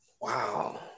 Wow